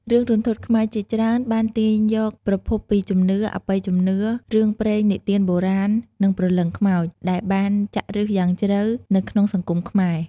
រឿងរន្ធត់ខ្មែរជាច្រើនបានទាញយកប្រភពពី ជំនឿ អបិយជំនឿ រឿងព្រេងនិទានបុរាណ និងព្រលឹងខ្មោច ដែលបានចាក់ឫសយ៉ាងជ្រៅនៅក្នុងសង្គមខ្មែរ។